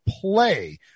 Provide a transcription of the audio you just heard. play